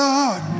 Lord